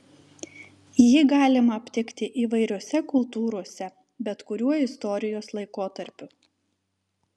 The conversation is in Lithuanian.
jį galima aptikti įvairiose kultūrose bet kuriuo istorijos laikotarpiu